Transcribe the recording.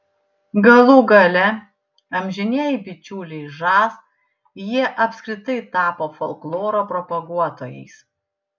galų gale amžinieji bičiuliai žas jie apskritai tapo folkloro propaguotojais